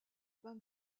pin